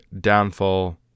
downfall